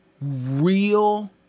real